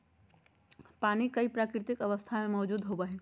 पानी कई प्राकृतिक अवस्था में मौजूद होबो हइ